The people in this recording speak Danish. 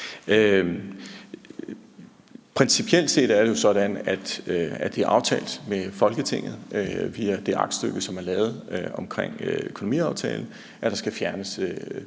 Principielt set er det jo sådan, at det er aftalt med Folketinget via det aktstykke, som er lavet omkring økonomiaftalen, at der skal fjernes